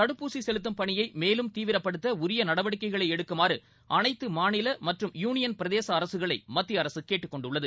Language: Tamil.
தடுப்பூசி செலுத்தும் பணியை மேலும் தீவிரப்படுத்த உரிய நடவடிக்கைகளை எடுக்குமாறு அனைத்து மாநில மற்றும் யூளியன் பிரதேச அரசுகளை மத்திய அரசு கேட்டுக்கொண்டுள்ளது